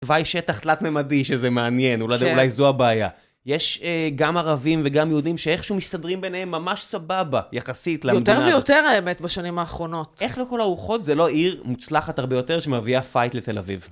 תוואי שטח תלת-ממדי שזה מעניין, אולי זו הבעיה. יש גם ערבים וגם יהודים שאיכשהו מסתדרים ביניהם ממש סבבה, יחסית למדינה. יותר ויותר האמת בשנים האחרונות. איך לכל הרוחות זה לא עיר מוצלחת הרבה יותר שמביאה פייט לתל אביב.